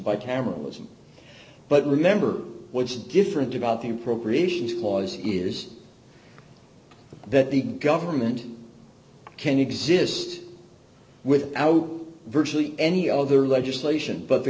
my cameras but remember what's different about the appropriations clause is that the government can exist without virtually any other legislation but the